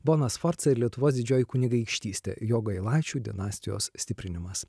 bona sforca ir lietuvos didžioji kunigaikštystė jogailaičių dinastijos stiprinimas